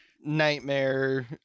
nightmare